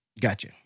gotcha